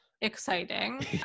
exciting